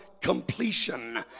completion